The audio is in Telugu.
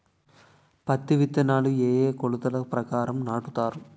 పత్తి విత్తనాలు ఏ ఏ కొలతల ప్రకారం నాటుతారు?